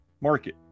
market